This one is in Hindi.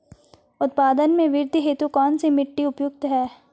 उत्पादन में वृद्धि हेतु कौन सी मिट्टी उपयुक्त है?